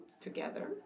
together